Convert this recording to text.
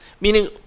meaning